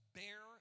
bear